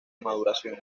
maduración